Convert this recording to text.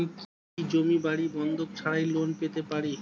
আমি কি জমি বাড়ি বন্ধক ছাড়াই লোন পেতে পারি?